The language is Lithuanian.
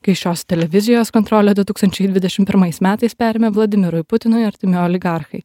kai šios televizijos kontrolę du tūkstančiai dvidešim pirmais metais perėmė vladimirui putinui artimi oligarchai